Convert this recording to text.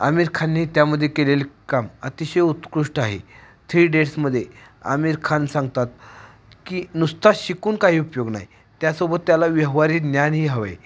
आमिर खानने त्यामध्ये केलेले काम अतिशय उत्कृष्ट आहे थ्री इडियट्समध्ये आमिर खान सांगतात की नुसता शिकून काही उपयोग नाही त्यासोबत त्याला व्यावहारी ज्ञानही हवं आहे